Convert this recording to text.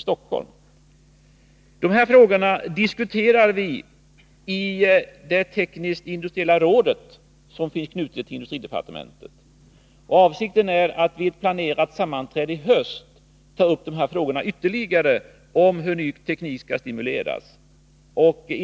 Stockholm m.fl. orter. Dessa frågor diskuterar vi i det tekniska och industriella rådet, som finns knutet till industridepartementet. Avsikten är att vi vid ett planerat sammanträde i höst ytterligare skall ta upp frågan om hur ny teknik skall stimuleras.